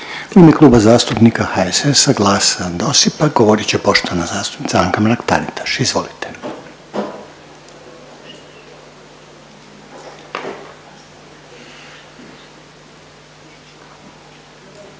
U ime Kluba zastupnika HSS-a, GLAS-a i DOSIP-a govorit će poštovana zastupnica Anka Mrak-Taritaš, izvolite.